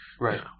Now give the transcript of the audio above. Right